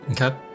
Okay